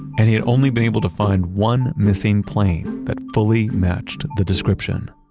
and he had only been able to find one missing plane that fully matched the description.